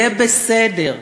יהיה בסדר.